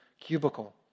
cubicle